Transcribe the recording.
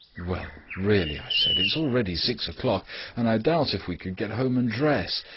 well, really, i said, it is already six o'clock and i doubt if we could get home and dress.